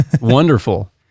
wonderful